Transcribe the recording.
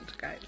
guys